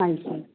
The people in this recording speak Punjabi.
ਹਾਂਜੀ